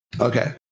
Okay